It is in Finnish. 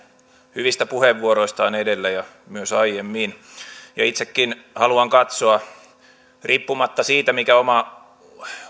hyvistä puheenvuoroistaan edellä ja myös aiemmin itsekin haluan katsoa tätä riippumatta siitä mikä oma